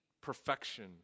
perfection